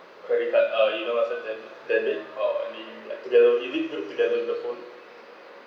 credit card uh you know what's the or anything like together is it group together with the phone